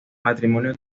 matrimonio